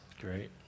Great